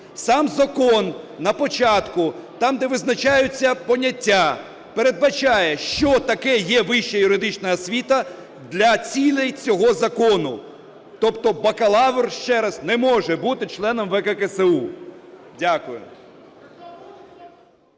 Сам закон на початку, там, де визначаються поняття, передбачає, що таке є вища юридична освіта для цілей цього закону. Тобто бакалавр, ще раз, не може бути членом ВККСУ. Дякую.